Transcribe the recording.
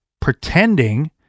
pretending